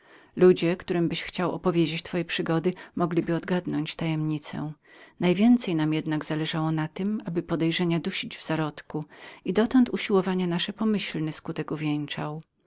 ludzie którymbyś chciał opowiedzieć twoje przygody mogliby odgadnąć tajemnicę najwięcej nam jednak zależy na niedopuszczeniu wzrostu podejrzenia i dotąd usiłowania nasze pomyślny skutek